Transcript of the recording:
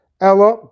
Ella